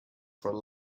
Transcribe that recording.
for